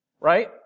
right